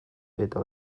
eta